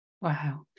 Wow